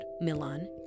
Milan